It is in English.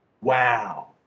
Wow